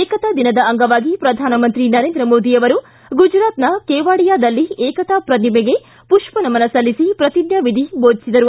ಏಕತಾ ದಿನದ ಅಂಗವಾಗಿ ಪ್ರಧಾನಮಂತ್ರಿ ನರೇಂದ್ರ ಮೋದಿ ಅವರು ಗುಜರಾತ್ನ ಕೆವಾಡಿಯಾದಲ್ಲಿ ಏಕತಾ ಪ್ರತಿಮೆಗೆ ಪುಷ್ಪ ನಮನ ಸಲ್ಲಿಸಿ ಪ್ರತಿಜ್ಞಾವಿಧಿ ಬೋಧಿಸಿದರು